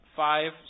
five